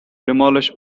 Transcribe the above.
demolish